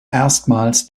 erstmals